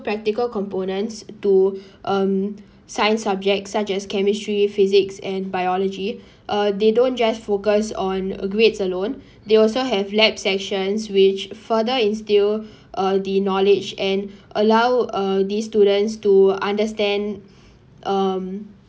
practical components to um science subjects such as chemistry physics and biology uh they don't just focus on grades alone they also have lab sessions which further instill uh the knowledge and allow uh these students to understand um